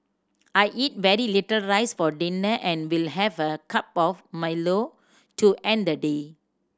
I eat very little rice for dinner and will have a cup of Milo to end the day